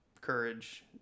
courage